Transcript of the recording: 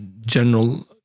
general